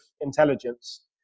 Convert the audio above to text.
intelligence